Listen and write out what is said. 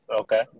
okay